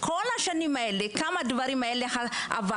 כל השנים האלה כמה דברים עברנו,